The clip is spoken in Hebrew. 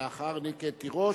לאחר מכן, תירוש,